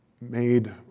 made